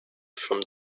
from